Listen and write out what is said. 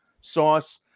sauce